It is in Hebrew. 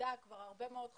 בוועדה כבר הרבה מאוד חודשים.